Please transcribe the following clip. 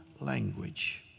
language